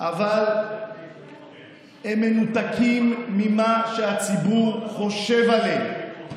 אבל הם מנותקים ממה שהציבור חושב עליהם.